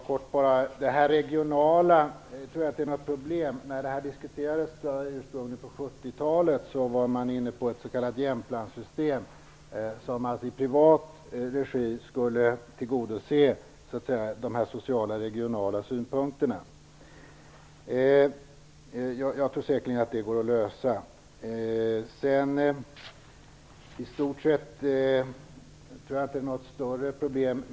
Herr talman! Jag tror inte att det regionala är något problem. När detta ursprungligen diskuterades på 70-talet var man inne på ett s.k. Jämtlandssystem, som alltså i privat regi skulle tillgodose de sociala och regionala synpunkterna. Jag tror säkerligen att det går att lösa. Jag tror i stort sett inte att taxenormen är något större problem.